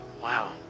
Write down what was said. Wow